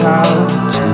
out